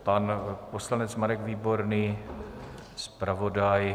Pan poslanec Marek Výborný, zpravodaj.